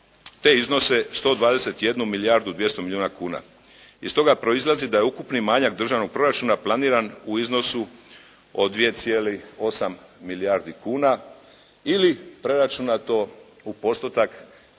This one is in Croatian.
te iznose 121 milijardu 200 milijuna kuna. Iz toga proizlazi da je ukupni manjak državnog proračuna planiran u iznosu od 2,8 milijardi kuna ili preračunato u postotak